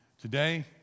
Today